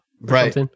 right